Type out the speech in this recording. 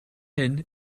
hyn